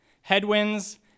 headwinds